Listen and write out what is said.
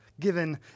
Given